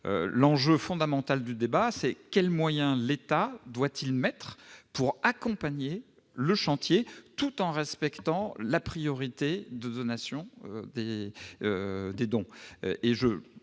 L'enjeu est de savoir quels moyens l'État doit consentir pour accompagner le chantier tout en respectant la priorité de donation des dons.